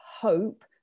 hope